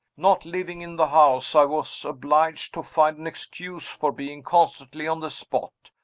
not living in the house, i was obliged to find an excuse for being constantly on the spot,